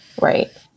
Right